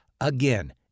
again